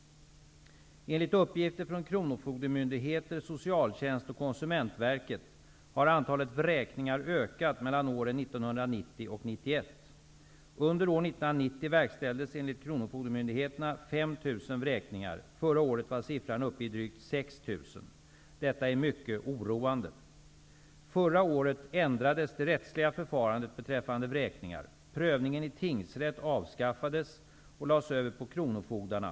Enligt uppgifter från kronofogdemyndigheter, socialtjänst och Konsumentverket har antalet vräkningar ökat mellan åren 1990 och 1991. Under år 1990 verkställdes enligt kronofogdemyndigheterna 5 000 vräkningar. Förra året var siffran uppe i drygt 6 000. Detta är mycket oroande. Förra året ändrades det rättsliga förfarandet beträffande vräkningnar. Prövningen i tingsrätt avskaffades och lades över på kronofogdarna.